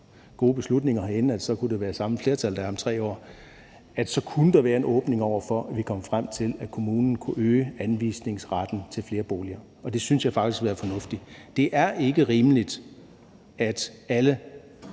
gode beslutninger herinde, så kunne det være samme flertal, der er om 3 år, og så kunne der være en åbning over for, at vi kom frem til, at kommunen kunne øge anvisningsretten til flere boliger. Det synes jeg faktisk ville være fornuftigt. Det er ikke rimeligt, at alle,